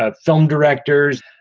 ah film directors.